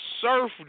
Surf